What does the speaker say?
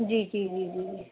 जी जी जी जी